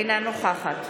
אינה נכחת